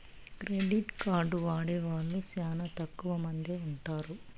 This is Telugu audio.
క్రెడిట్ కార్డు వాడే వాళ్ళు శ్యానా తక్కువ మందే ఉంటారు